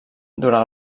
durant